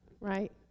right